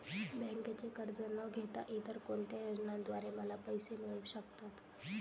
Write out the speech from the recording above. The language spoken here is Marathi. बँकेचे कर्ज न घेता इतर कोणत्या योजनांद्वारे मला पैसे मिळू शकतात?